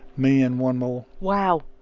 me and one more wow.